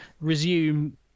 resume